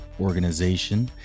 Organization